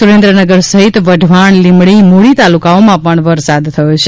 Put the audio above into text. સુરેન્દ્રનગર સહિત વઢવાણ લીમડી મૂળી તાલુકાઓમાં પણ વરસાદ થયો છે